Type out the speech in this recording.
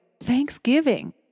thanksgiving